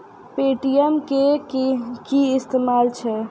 Paytm के कि इस्तेमाल छै?